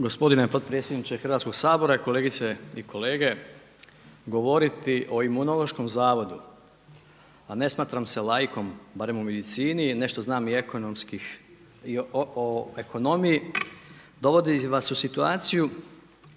Gospodine potpredsjedniče Hrvatskoga sabora, kolegice i kolege, govoriti o Imunološkom zavodu, a ne smatram da laikom, barem u medicini, nešto znam i ekonomskih, i o ekonomiji, dovodi vas u situaciju